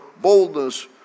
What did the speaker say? boldness